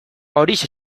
horixe